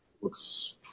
Looks